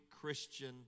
Christian